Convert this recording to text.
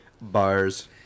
Bars